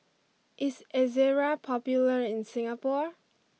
is Ezerra popular in Singapore